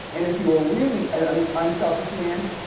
and if you're really an unselfish, man,